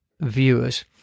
viewers